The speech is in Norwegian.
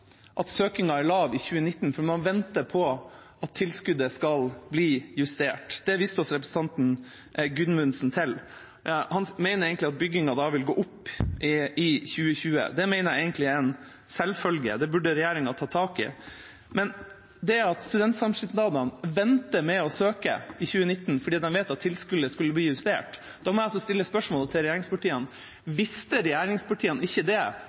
lav i 2019, for man venter på at tilskuddet skal bli justert. Det viste representanten Gudmundsen til. Han mener egentlig at byggingen da vil gå opp i 2020. Det mener jeg egentlig er en selvfølge. Det burde regjeringa ta tak i. At studentsamskipnadene venter med å søke i 2019 fordi de vet at tilskuddet skal bli justert – da må jeg altså stille spørsmålet til regjeringspartiene: Visste regjeringspartiene ikke det